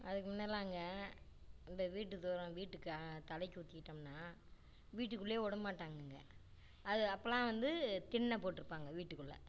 அதுக்கு முன்னலாங்க இந்த வீட்டு தூரம் வீட்டு க தலைக்கு ஊத்திக்கிட்டோம்ன்னா வீட்டுக்குள்ளே விடமாட்டாங்கங்க அது அப்போல்லாம் வந்து திண்ணை போட்டுருப்பாங்க வீட்டுக்குள்ளே